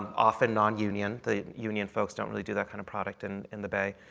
often nonunion the union folks don't really do that kind of product and in the bay.